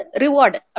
reward